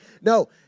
No